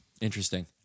interesting